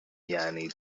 یعنی